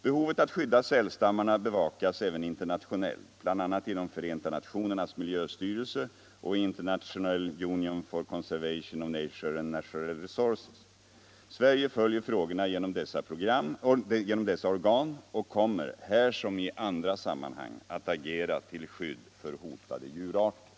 Behovet att skydda sälstammarna bevakas även internationellt bl.a. inom Förenta nationernas miljöstyrelse och i International union for conservation of nature and natural resources . Sverige följer frågorna genom dessa organ och kommer, här som i andra sammanhang, att agera till skydd för hotade djurarter.